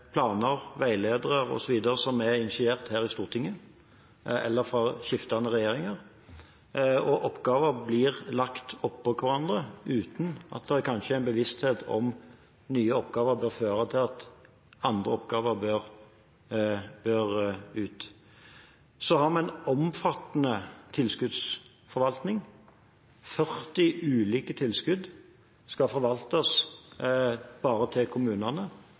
planer, veiledere osv. som er initiert her i Stortinget eller fra skiftende regjeringer, og oppgaver blir lagt oppå hverandre uten at det kanskje er en bevissthet om hvorvidt nye oppgaver bør føre til at andre oppgaver bør ut. Så har vi en omfattende tilskuddsforvaltning. 40 ulike tilskudd skal forvaltes bare til kommunene.